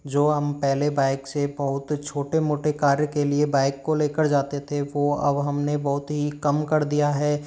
जो हम पहले बाइक से बहुत छोटे मोटे कार्य के लिए बाइक को लेकर जाते थे वो अब हमने बहुत ही कम कर दिया है